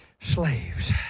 slaves